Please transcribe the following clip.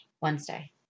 Wednesday